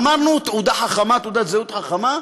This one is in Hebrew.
אמרנו "תעודה חכמה", "תעודת זהות חכמה".